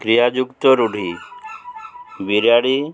କ୍ରିୟା ଯୁକ୍ତ ରୁଢ଼ି ବିରାଡ଼ି